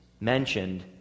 mentioned